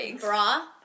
bra